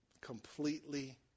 Completely